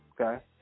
Okay